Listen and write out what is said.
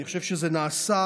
אני חושב שזה נעשה,